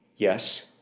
Yes